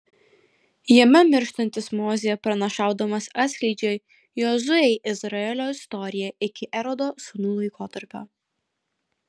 jame mirštantis mozė pranašaudamas atskleidžia jozuei izraelio istoriją iki erodo sūnų laikotarpio